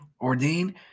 Ordain